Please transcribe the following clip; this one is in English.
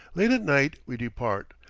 late at night we depart,